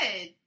good